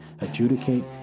adjudicate